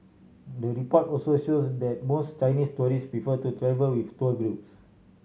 the report also shows that most Chinese tourist before to travel with tour groups